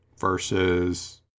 versus